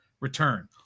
return